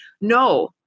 No